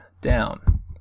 down